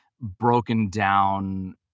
broken-down